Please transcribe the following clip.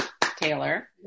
Taylor